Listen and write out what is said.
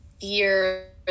fear